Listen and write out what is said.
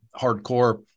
hardcore